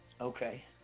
okay